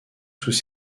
sous